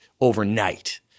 overnight